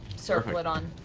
circlet on.